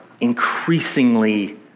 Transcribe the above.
increasingly